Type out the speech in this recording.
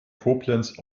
koblenz